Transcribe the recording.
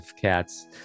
cats